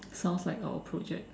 sounds like our project